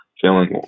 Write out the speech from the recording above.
feeling